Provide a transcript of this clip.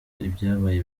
ibyabaye